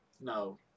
No